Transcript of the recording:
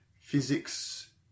Physics